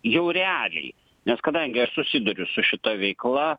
jau realiai nes kadangi aš susiduriu su šita veikla